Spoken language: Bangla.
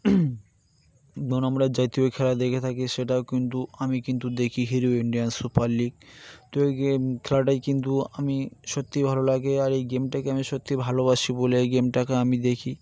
দোন আমরা জাতীয় খেলা দেখে থাকি সেটাও কিন্তু আমি কিন্তু দেখি হিরো ইন্ডিয়ান সুপার লিগ তো এই গিয়ে খেলাটাই কিন্তু আমি সত্যিই ভালো লাগে আর এই গেমটাকে আমি সত্যিই ভালোবাসি বলে এই গেমটাকে আমি দেখি